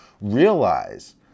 Realize